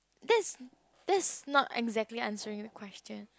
that's that's not exactly answering the question